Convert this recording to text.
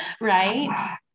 right